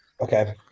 Okay